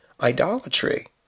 idolatry